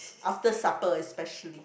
after supper especially